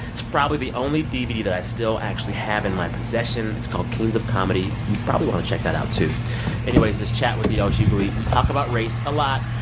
it's probably the only dvd that i still actually have in my possession. it's called kings of comedy. you probably want to check that out, too anyways, this chat with d l. hughley we talk about race a lot.